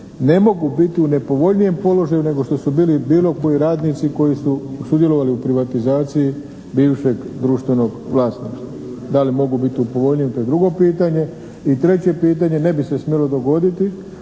ne mogu biti u nepovoljnijem položaju nego što su bili bilo koji radnici koji su sudjelovali u privatizaciji bivšeg društvenog vlasništva. Da li mogu biti u povoljnijem, to je drugo pitanje. I treće pitanje, ne bi se smjelo dogoditi